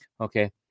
Okay